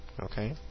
Okay